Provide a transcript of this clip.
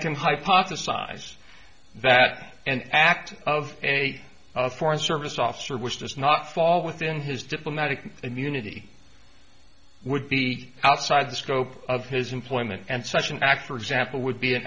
can hypothesize that and act of a foreign service officer which does not fall within his diplomatic immunity would be outside the scope of his employment and such an act for example would be an